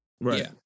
Right